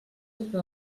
que